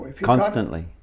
Constantly